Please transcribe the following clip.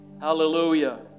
Hallelujah